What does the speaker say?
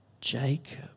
Jacob